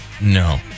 No